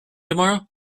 tomorrow